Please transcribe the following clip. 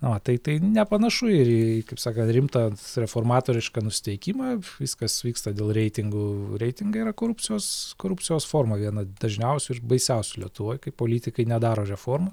na va tai tai nepanašu ir į kaip sakan rimtą reformatorišką nusiteikimą viskas vyksta dėl reitingų reitingai yra korupcijos korupcijos forma viena dažniausių ir baisiausių lietuvoj kai politikai nedaro reformų